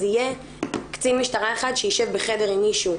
אז יהיה קצין משטרה אחד שישב בחדר עם מישהו,